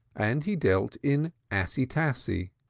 and he dealt in assy-tassy,